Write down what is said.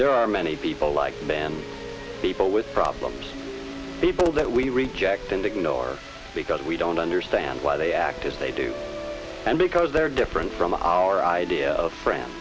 there are many people like man people with problems people that we reject and ignore because we don't understand why they act as they do and because they're different from our idea of friends